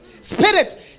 Spirit